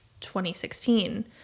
2016